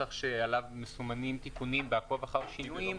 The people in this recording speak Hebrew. נוסח שעלה עם תיקונים ב"עקוב אחר שינויים",